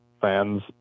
fans